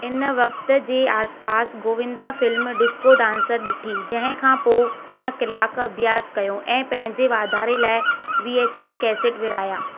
इन वक़्त जे आसपासि गोविंदा फिल्म डिस्को डांसर ॾिठी जंहिं खां पोइ हुन कलाकु अभियास कयो ऐं पंहिंजे वाधारे लाइ वीएचएस कैसेट विरिहाया